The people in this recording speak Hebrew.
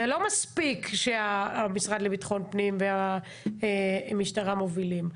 זה לא מספיק שהמשרד לביטחון פנים והמשטרה מובילים.